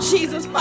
Jesus